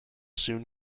soon